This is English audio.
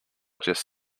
just